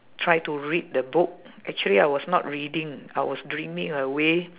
try to read the book actually I was not reading I was dreaming away